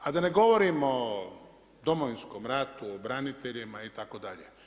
A da ne govorimo o Domovinskom ratu, o braniteljima itd.